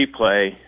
replay